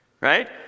right